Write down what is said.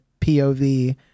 POV